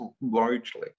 largely